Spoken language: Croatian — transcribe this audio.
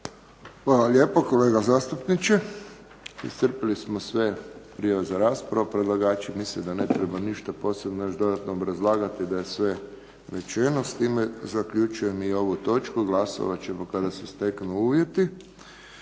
Hvala lijepa, kolega zastupniče. Iscrpili smo sve prijave za raspravu. Predlagači misle da ne treba ništa posebno još dodatno obrazlagati, da je sve rečeno. S time zaključujem i ovu točku. Glasovat ćemo kada se steknu uvjeti.